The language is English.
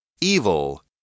evil